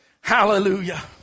Hallelujah